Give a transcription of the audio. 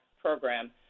program